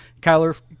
Kyler